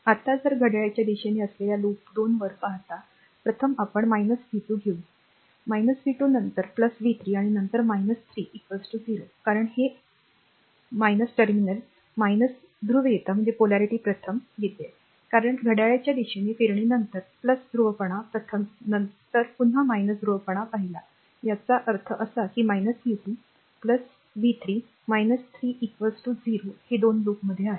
आता जर घड्याळाच्या दिशेने असलेल्या लूप २ वर पाहता प्रथम आपण v 2 घेऊ v 2 नंतर v 3 आणि नंतर 3 0 कारण हे घडते टर्मिनल r ध्रुवीयता प्रथम कारण घड्याळाच्या दिशेने फिरणे नंतर ध्रुवपणा प्रथम नंतर पुन्हा ध्रुवपणा पहिला याचा अर्थ असा की v 2 v 3 3 0 ते 2 लूपमध्ये आहे